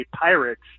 Pirates